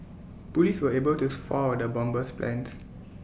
Police were able to foil the bomber's plans